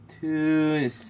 two